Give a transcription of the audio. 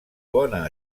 bona